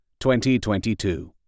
2022